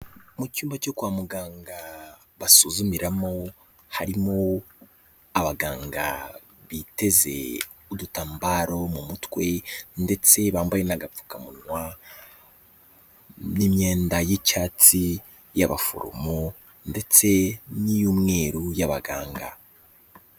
Mu cyumba cyo kwa muganga basuzumiramo, harimo abaganga biteze udutambaro mu mutwe, ndetse bambaye n'agapfukamunwa, n'imyenda y'icyatsi y'abaforomo, ndetse n'iy'umweru y'abaganga.